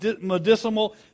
medicinal